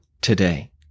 today